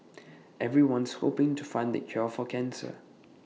everyone's hoping to find the cure for cancer